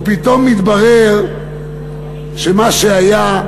ופתאום התברר שמה שהיה,